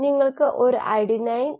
കോശങ്ങൾക്കുള്ളിലെ P